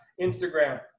Instagram